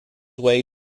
way